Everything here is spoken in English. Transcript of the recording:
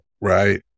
Right